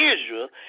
Israel